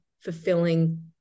fulfilling